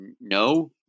no